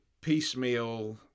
piecemeal